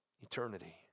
eternity